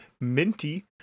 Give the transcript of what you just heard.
Minty